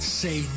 say